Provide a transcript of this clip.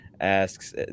asks